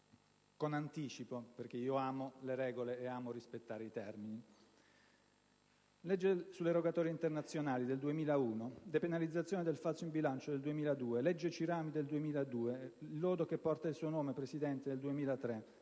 con anticipo, perché amo le regole e amo rispettare i termini: legge sulle rogatorie internazionali, 2001; depenalizzazione del falso in bilancio, 2002; legge Cirami, 2002, lodo che porta il suo nome, signor Presidente, 2003;